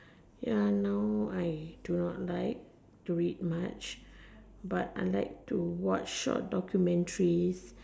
ya now I do not like to read much but I like to watch short documentaries